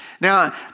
Now